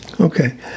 Okay